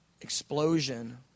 explosion